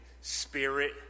spirit